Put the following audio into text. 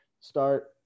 start